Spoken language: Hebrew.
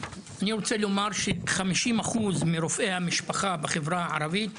אני רוצה לומר שכ-50% מרופאי המשפחה בחברה הערבית,